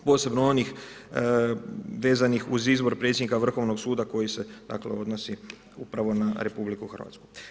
Posebno onih vezanih uz izbor predsjednika Vrhovnog suda koji se dakle odnosi upravo na Republiku Hrvatsku.